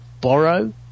borrow